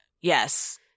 Yes